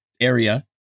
area